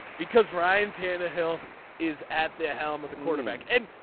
because ryan tannehill is at the helm of the quarterback and